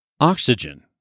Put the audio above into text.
Oxygen